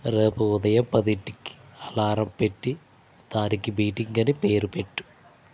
రేపు ఉదయం పదిటికి అలారం పెట్టి దానికి మీటింగ్ అని పేరు పెట్టు